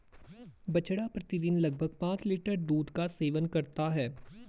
बछड़ा प्रतिदिन लगभग पांच लीटर दूध का सेवन करता है